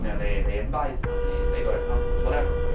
you know they, they advise companies. they go to conferences, whatever.